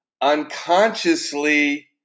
unconsciously